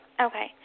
Okay